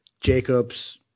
Jacobs